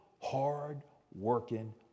hard-working